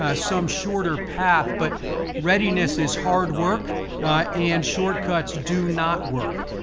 ah some shorter path. but readiness is hard work and shortcuts do not work.